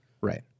Right